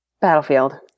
Battlefield